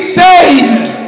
saved